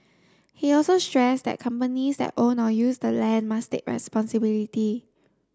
he also stressed that companies that own or use the land must take responsibility